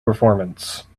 performance